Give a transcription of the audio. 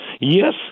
Yes